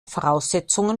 voraussetzungen